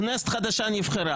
הרי נבחרה